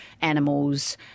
animals